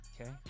Okay